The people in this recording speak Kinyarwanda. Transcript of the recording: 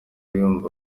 yumva